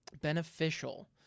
beneficial